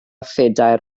phedair